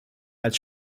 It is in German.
als